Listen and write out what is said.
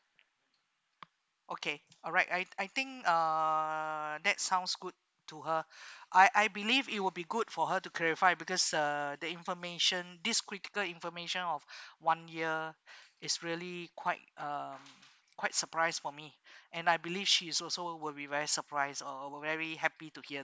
okay alright I I think uh that sounds good to her I I believe it would be good for her to clarify because uh the information descriptor information of one year is really quite um quite surprise for me and I believe she's also would be very surprise or will very happy to hear